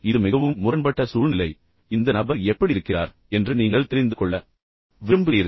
இது மிகவும் முரண்பட்ட சூழ்நிலை ஆனால் இந்த நபர் எப்படி இருக்கிறார் இந்த விஷயங்கள் அனைத்தையும் நீங்கள் தெரிந்து கொள்ள விரும்புகிறீர்கள்